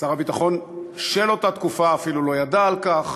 שר הביטחון של אותה תקופה אפילו לא ידע על כך.